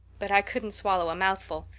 but i couldn't swallow a mouthful.